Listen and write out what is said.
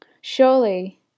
Surely